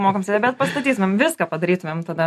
mokam sėdėt bet pastatytumėm viską padarytumėm tada